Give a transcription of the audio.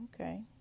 okay